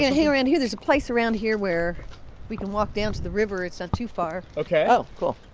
yeah hang around here. there's a place around here where we can walk down to the river. it's not ah too far ok oh, cool